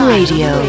Radio